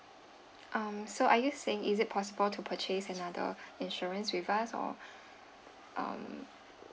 um so are you saying is it possible to purchase another insurance with us or um